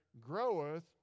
groweth